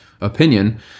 opinion